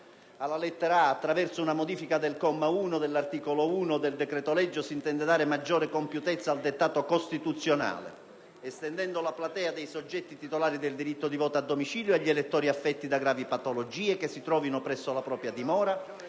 Alla lettera *a)*, attraverso una modifica del comma 1, dell'articolo 1 del decreto-legge, si intende dare maggiore compiutezza al dettato costituzionale, estendendo la platea dei soggetti titolari del diritto di voto a domicilio agli elettori affetti da gravi patologie che si trovino, presso la propria dimora,